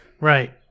Right